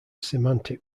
semantic